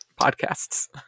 podcasts